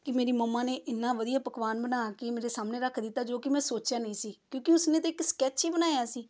ਕਿ ਮੇਰੀ ਮੰਮਾ ਨੇ ਇੰਨਾ ਵਧੀਆ ਪਕਵਾਨ ਬਣਾ ਕੇ ਮੇਰੇ ਸਾਹਮਣੇ ਰੱਖ ਦਿੱਤਾ ਜੋ ਕਿ ਮੈਂ ਸੋਚਿਆ ਨਹੀਂ ਸੀ ਕਿਉਂਕਿ ਉਸਨੇ ਤਾਂ ਇੱਕ ਸਕੈਚ ਹੀ ਬਣਾਇਆ ਸੀ